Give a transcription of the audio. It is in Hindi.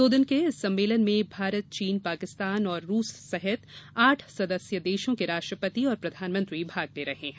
दो दिन के इस सम्मेलन में भारत चीन पाकिस्तान और रूस सहित आठ सदस्य देशों के राष्ट्रपति और प्रधानमंत्री भाग ले रहे हैं